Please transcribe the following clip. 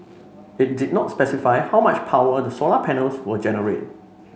it did not specify how much power the solar panels will generate